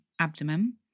abdomen